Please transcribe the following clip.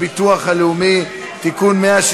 כשזה לא משודר בערוץ הכנסת, אני רוצה